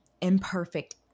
imperfect